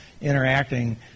interacting